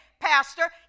Pastor